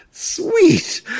Sweet